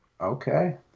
Okay